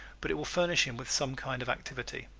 but it will furnish him with some kind of activity.